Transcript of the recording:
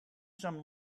some